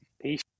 Peace